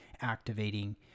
activating